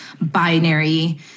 binary